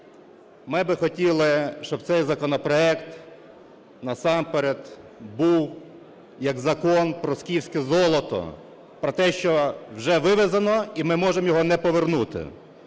Ми би хотіли, щоб цей законопроект насамперед був як закон про "скіфське золото", про те, що вже вивезено і ми можемо його не повернути.